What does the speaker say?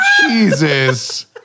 Jesus